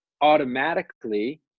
automatically